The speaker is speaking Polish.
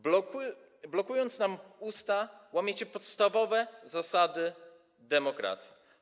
Blokując nam usta, łamiecie podstawowe zasady demokracji.